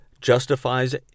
justifies